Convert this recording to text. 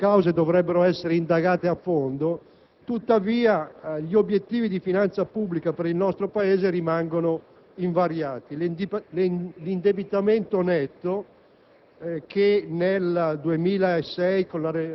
Ritengo che queste cause dovrebbero essere indagate a fondo; tuttavia gli obiettivi di finanza pubblica per il nostro Paese rimangono invariati. *(Brusìo)*.